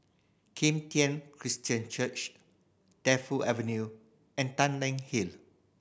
Kim Tian Christian Church Defu Avenue and Tanglin Hill